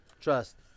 Trust